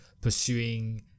pursuing